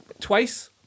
twice